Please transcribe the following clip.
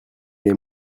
les